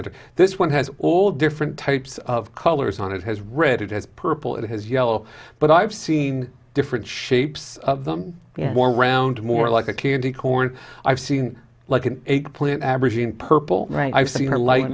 and this one has all different types of colors on it has read it is purple it has yellow but i've seen different shapes of them more round more like a candy corn i've seen like an eight plant averaging purple right i've seen her light